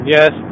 Yes